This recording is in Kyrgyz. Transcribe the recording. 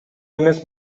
эмес